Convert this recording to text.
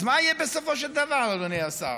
אז מה יהיה בסופו של דבר, אדוני השר?